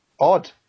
odd